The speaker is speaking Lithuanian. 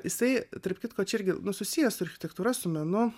jisai tarp kitko čia irgi susiję su architektūra su menu